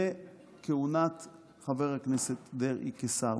לכהונת חבר הכנסת דרעי כשר.